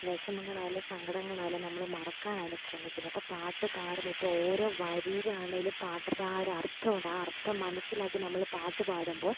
വിഷമങ്ങളായാലും സങ്കടങ്ങളായാലും നമ്മൾ മറക്കാനാണ് ശ്രമിക്കുന്നത് അപ്പം പാട്ടു പാടുന്നത് ഇപ്പം ഓരോ വരിയിലാണേൽ പാട്ടിൻ്റെ ആ ഒരർത്ഥമുണ്ട് ആ അർത്ഥം മനസ്സിലാക്കി നമ്മൾ പാട്ടു പാടുമ്പോൾ